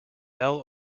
bell